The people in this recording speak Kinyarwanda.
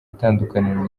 itandukaniro